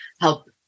help